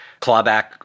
clawback